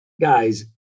guys